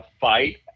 fight